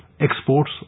exports